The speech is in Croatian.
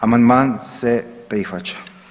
Amandman se prihvaća.